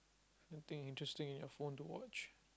nothing interesting in your phone to watch